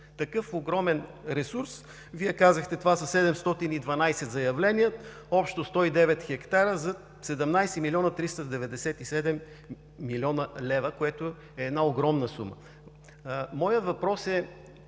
такъв огромен ресурс? Вие казахте: това са 712 заявления, общо 109 хектара за 17 млн. 397 хил. лв., което е една огромна сума. Моят въпрос е